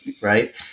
right